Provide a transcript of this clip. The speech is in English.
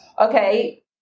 okay